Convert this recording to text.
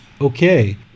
Okay